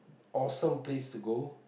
awesome place to go